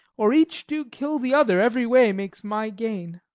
or each do kill the other, every way makes my gain